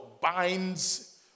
binds